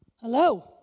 Hello